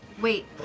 Wait